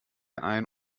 ein